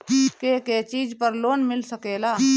के के चीज पर लोन मिल सकेला?